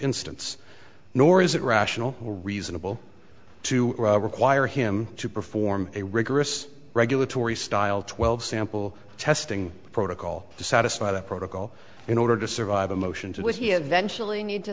instance nor is it rational reasonable to require him to perform a rigorous regulatory style twelve sample testing protocol to satisfy that protocol in order to survive a motion to which he eventually need to